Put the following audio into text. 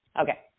Okay